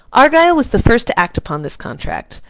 argyle was the first to act upon this contract.